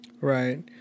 Right